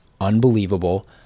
unbelievable